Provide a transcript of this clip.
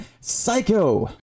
Psycho